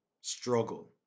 struggle